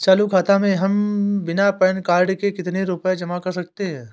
चालू खाता में हम बिना पैन कार्ड के कितनी रूपए जमा कर सकते हैं?